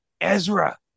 Ezra